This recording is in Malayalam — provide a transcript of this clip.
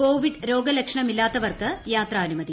കോവിഡ് രോഗലക്ഷണമില്ലാത്തവർക്ക് യാത്രാനുമതി